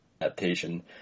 adaptation